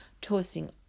tossing